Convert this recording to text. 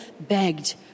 begged